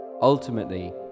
Ultimately